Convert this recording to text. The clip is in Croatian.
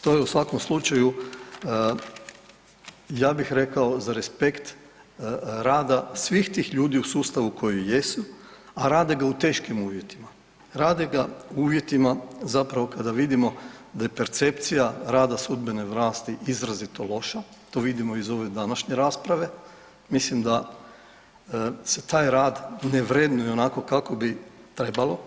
To, to je u svakom slučaju, ja bih rekao, za respekt rada svih tih ljudi u sustavu koji jesu, a rade ga u teškim uvjetima, rade ga u uvjetima zapravo kada vidimo da je percepcija rada sudbene vlasti izrazito loša, to vidimo iz ove današnje rasprave, mislim da se taj rad ne vrednuje onako kako bi trebalo.